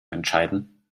entscheiden